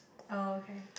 oh okay